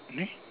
eh